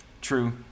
True